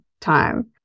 time